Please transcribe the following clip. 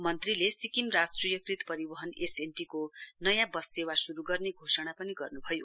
मन्त्रीले सिक्किम राष्ट्रियकृत परिवहन एसएनटिको नयाँ बस सेवा श्रू गर्ने घोषणा पनि गर्न्भयो